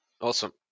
Awesome